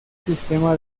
sistema